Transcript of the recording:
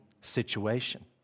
situation